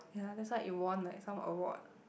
ya that's why like it won like some award